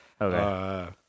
Okay